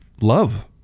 love